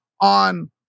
on